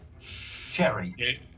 Cherry